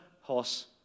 horse